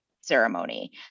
ceremony